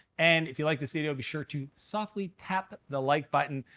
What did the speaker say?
and if you like this video, be sure to softly tap the like button.